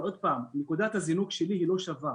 נקודת הזינוק שלי היא לא שווה.